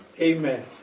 Amen